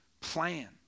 plan